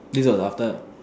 this was after